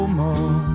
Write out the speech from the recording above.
more